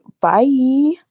Bye